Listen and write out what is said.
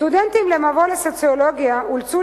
סטודנטים בקורס "מבוא לסוציולוגיה" אולצו